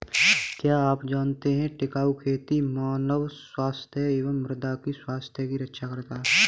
क्या आप जानते है टिकाऊ खेती मानव स्वास्थ्य एवं मृदा की स्वास्थ्य की रक्षा करता हैं?